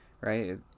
right